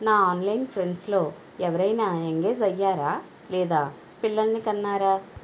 నా ఆన్లైన్ ఫ్రెండ్స్లో ఎవరైనా ఎంగేజ్ అయ్యారా లేదా పిల్లలని కన్నారా